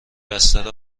بستر